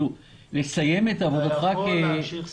אתה יכול להמשיך סתם.